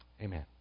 Amen